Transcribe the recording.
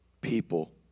people